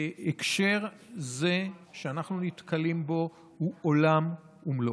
בהקשר זה שאנחנו נתקלים בו הוא עולם ומלואו.